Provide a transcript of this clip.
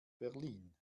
berlin